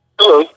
Hello